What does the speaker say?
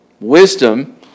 Wisdom